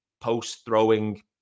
post-throwing